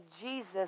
Jesus